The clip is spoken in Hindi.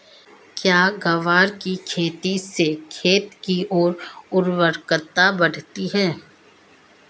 क्या ग्वार की खेती से खेत की ओर उर्वरकता बढ़ती है?